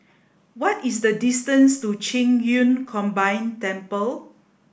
what is the distance to Qing Yun Combined Temple